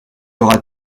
aura